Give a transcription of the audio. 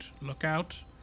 lookout